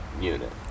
unit